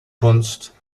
kunst